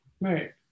right